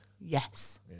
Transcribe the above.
yes